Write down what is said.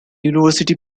university